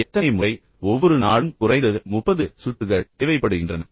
எத்தனை முறை ஒவ்வொரு நாளும் குறைந்தது 30 சுற்றுகள் தேவைப்படுகின்றன